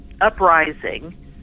uprising